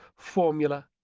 formula,